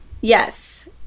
yes